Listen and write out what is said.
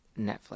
Netflix